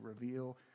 reveal